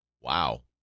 Wow